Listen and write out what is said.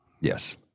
Yes